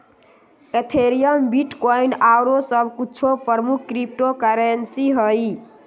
Ethereum, bitcoin आउरो सभ कुछो प्रमुख क्रिप्टो करेंसी हइ